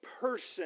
person